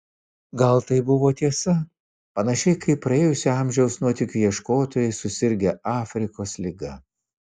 gal tai buvo tiesa panašiai kaip praėjusio amžiaus nuotykių ieškotojai susirgę afrikos liga